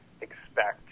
expect